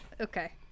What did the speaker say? Okay